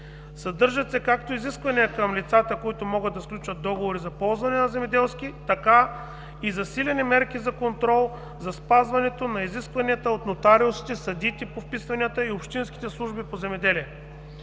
Съдържат се както изисквания към лицата, които могат да сключват договори за ползване на земеделски земи, така и засилени мерки за контрол, за спазването на изискванията от нотариусите, съдиите по вписванията и общинските служби по земеделие.